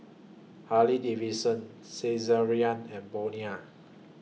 Harley Davidson Saizeriya and Bonia